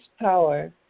power